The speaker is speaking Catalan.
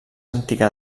antiga